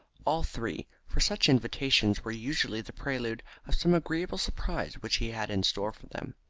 all three, for such invitations were usually the prelude of some agreeable surprise which he had in store for them.